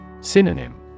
Synonym